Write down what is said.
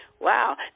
Wow